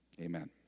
Amen